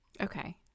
okay